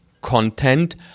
content